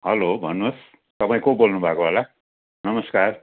hello भन्नुहोस् तपाईँ को बोल्नु भएको होला नमस्कार